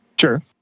Sure